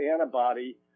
antibody